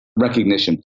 recognition